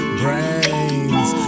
brains